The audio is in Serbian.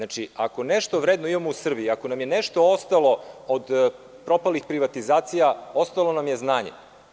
Ako nešto vredno imamo u Srbiji, ako nam je nešto ostalo od propalih privatizacija, ostalo nam je znanje.